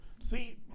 See